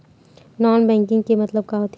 Non banking के मतलब का होथे?